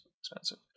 expensive